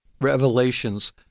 revelations